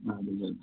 ادٕ حظ اَدٕ حظ